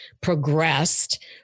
progressed